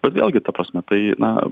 bet vėlgi ta prasme tai na